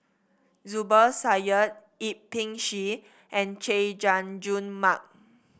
Zubir Said Yip Pin Xiu and Chay Jung Jun Mark